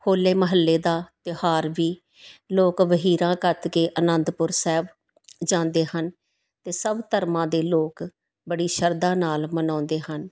ਹੋਲੇ ਮਹੱਲੇ ਦਾ ਤਿਉਹਾਰ ਵੀ ਲੋਕ ਵਹੀਰਾਂ ਘੱਤ ਕੇ ਅਨੰਦਪੁਰ ਸਾਹਿਬ ਜਾਂਦੇ ਹਨ ਅਤੇ ਸਭ ਧਰਮਾਂ ਦੇ ਲੋਕ ਬੜੀ ਸ਼ਰਧਾ ਨਾਲ ਮਨਾਉਂਦੇ ਹਨ